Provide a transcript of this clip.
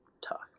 tough